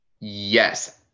Yes